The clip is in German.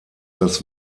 das